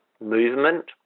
movement